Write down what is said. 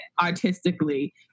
artistically